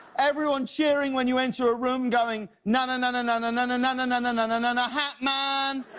everyone cheering when you enter a room going, na na na na na na na na na na na na na na na na hat man!